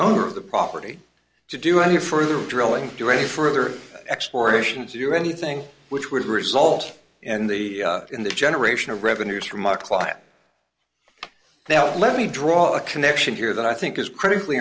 owner of the property to do any further drilling to do any further exploration to do anything which would result in the in the generation of revenues from our client now let me draw a connection here that i think is critically